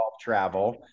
travel